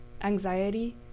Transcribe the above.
anxiety